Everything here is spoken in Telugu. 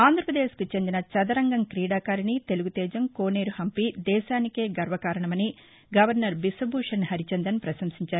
ఆంధ్రప్రదేశ్ కు చెందిన చదరంగం క్రీడాకారిణి తెలుగు తేజం కోనేరు హంపి దేశానికే గర్వకారణమని గవర్నరు బిశ్వభూషణ్ హరిచందన్ ప్రశంసించారు